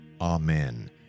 Amen